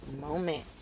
moment